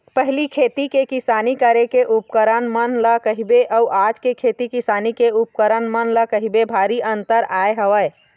पहिली के खेती किसानी करे के उपकरन मन ल कहिबे अउ आज के खेती किसानी के उपकरन मन ल कहिबे भारी अंतर आय हवय